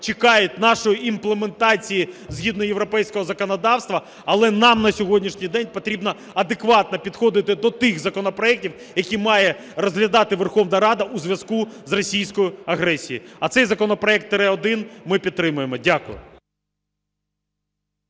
чекають нашої імплементації згідно європейського законодавства, але нам на сьогоднішній день потрібно адекватно підходити до тих законопроектів, які має розглядати Верховна Рада у зв'язку із російською агресією. А цей законопроект "тире 1" ми підтримуємо. Дякую.